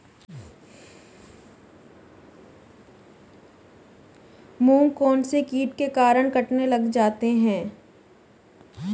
मूंग कौनसे कीट के कारण कटने लग जाते हैं?